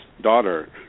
daughter